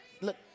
Look